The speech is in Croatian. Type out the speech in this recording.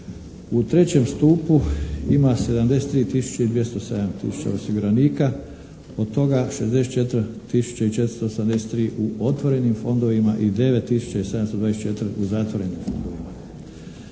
U trećem stupu ima 73207 tisuća osiguranika. Od toga, 64483 u otvorenim fondovima i 9724 u zatvorenim fondovima.